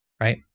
right